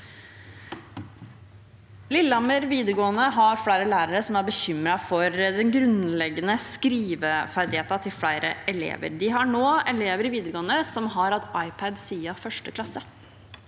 Lillehammer videregående skole har flere lærere som er bekymret for den grunnleggende skriveferdigheten til flere elever. De har nå elever i videregående som har hatt iPad siden 1. klasse.